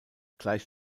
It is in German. gleich